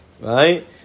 right